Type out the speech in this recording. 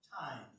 time